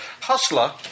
Hustler